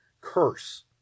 curse